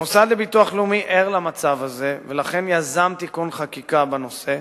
המוסד לביטוח לאומי ער למצב הזה ולכן יזם תיקון חקיקה בנושא,